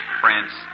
France